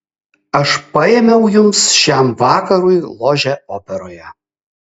aš paėmiau jums šiam vakarui ložę operoje